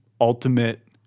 ultimate